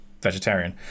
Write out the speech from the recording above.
vegetarian